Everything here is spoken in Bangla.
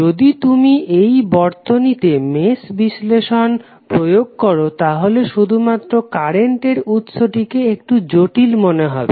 যদি তুমি এই বর্তনীতে মেশ বিশ্লেষণ প্রয়োগ করো তাহলে শুধুমাত্র কারেন্টের উৎসটিকে একটু জটিল মনে হবে